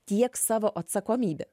tiek savo atsakomybę